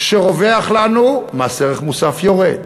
כשרווח לנו, מס ערך מוסף יורד.